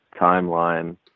timeline